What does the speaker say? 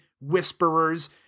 whisperers